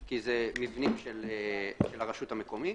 כי זה מבנים של הרשות המקומית.